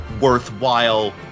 worthwhile